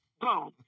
Boom